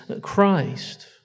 Christ